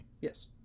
Yes